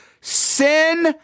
sin